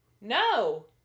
No